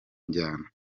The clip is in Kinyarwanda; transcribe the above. njyana